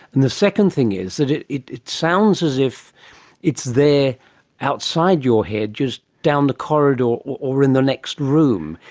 and the second thing is that it it sounds as if it's there outside your head, just down the corridor, or in the next room,